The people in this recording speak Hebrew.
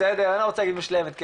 לא רוצה להגיד מושלמת,